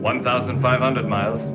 one thousand five hundred miles